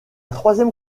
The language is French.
troisième